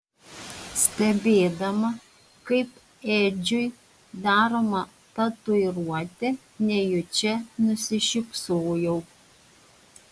stebėdama kaip edžiui daroma tatuiruotė nejučia nusišypsojau